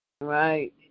Right